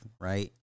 right